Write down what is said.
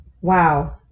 Wow